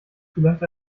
vielleicht